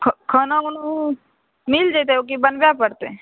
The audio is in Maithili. खाना उना ओ मिल जेतै ओ की बनबै परते